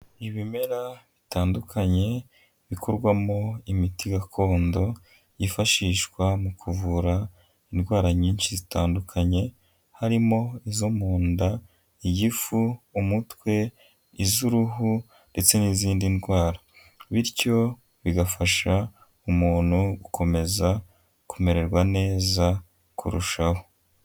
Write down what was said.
Ibimera bitandukanye bikorwamo imiti gakondo yifashishwa mu kuvura indwara nyinshi zitandukanye, harimo izo mu nda, igifu, umutwe, iz'uruhu ndetse n'izindi ndwara bityo bigafasha umuntu gukomeza kumererwa neza kurushaho.